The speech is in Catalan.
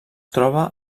troba